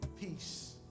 peace